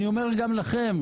אני אומר גם לכם,